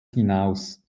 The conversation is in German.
hinaus